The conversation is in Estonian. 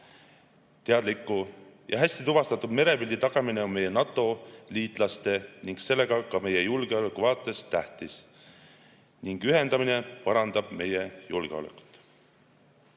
Teadliku ja hästi tuvastatud merepildi tagamine on meie NATO liitlaste ning sellega ka meie julgeoleku vaates tähtis ning ühendamine parandab meie julgeolekut.